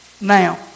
now